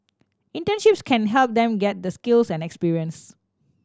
internships can help them get the skills and experience